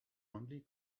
fondly